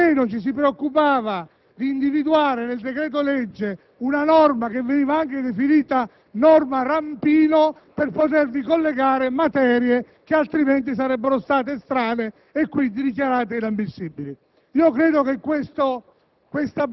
quantomeno ci si preoccupava di individuare nel decreto-legge una norma - che veniva definita "rampino" - per poter ricollegare materie che altrimenti sarebbero state estranee e, quindi, dichiarate inammissibili. Credo che questa